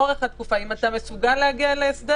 אורך התקופה: אם אתה מסוגל להגיע להסדר